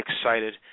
excited